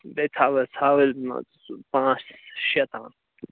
بیٚیہِ تھاو حظ ژھاوٕلۍ مان ژٕ پانٛژھ شےٚ تام